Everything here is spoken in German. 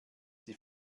die